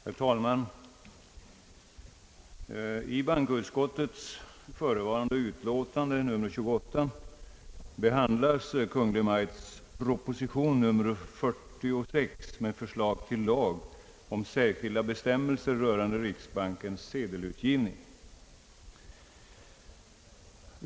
Herr talman! I bankoutskottets förevarande utlåtande nr 28 behandlas Kungl. Maj:ts proposition nr 46 med förslag till lag om särskilda bestämmelser rörande riksbankens sedelutgivning.